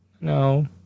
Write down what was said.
No